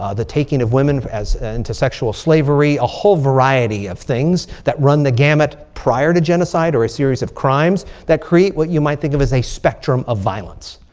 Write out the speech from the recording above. ah the taking of women as into sexual slavery. a whole variety of things that run the gamut prior to genocide. or a series of crimes that create what you might think of as a spectrum of violence.